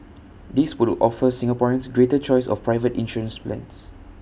this will offer Singaporeans greater choice of private insurance plans